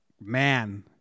man